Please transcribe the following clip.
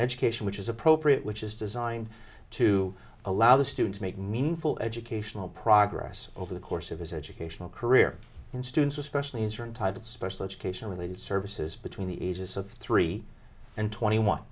educate which is appropriate which is designed to allow the student to make meaningful educational progress over the course of his educational career and students especially in certain type of special education related services between the ages of three and twenty one